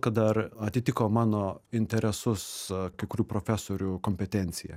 kad dar atitiko mano interesus kai kurių profesorių kompetencija